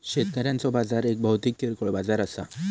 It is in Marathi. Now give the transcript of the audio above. शेतकऱ्यांचो बाजार एक भौतिक किरकोळ बाजार असा